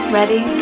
Ready